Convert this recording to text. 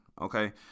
okay